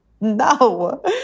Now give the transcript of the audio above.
No